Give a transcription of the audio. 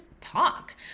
talk